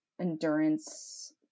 Endurance